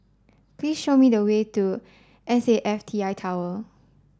please show me the way to S A F T I Tower